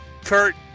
Kurt